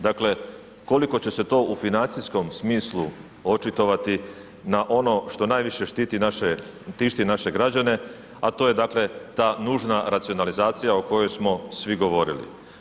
Dakle, koliko će se to u financijskom smislu očitovati na ono što najviše štiti naše, tišti naše građane, a to je dakle ta nužna racionalizacija o kojoj smo svi govorili.